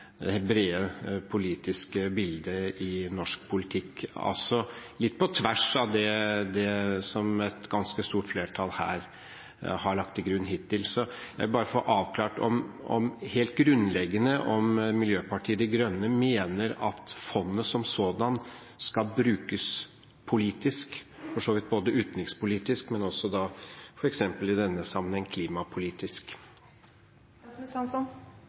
det brede, politiske bildet i norsk politikk, noe som altså er litt på tvers av det et ganske stort flertall her har lagt til grunn hittil. Så jeg vil bare få avklart – helt grunnleggende – om Miljøpartiet De Grønne mener at fondet som sådan skal brukes politisk – for så vidt både utenrikspolitisk og, f.eks. i denne sammenheng,